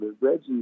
Reggie